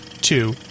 two